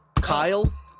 Kyle